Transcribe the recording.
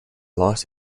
los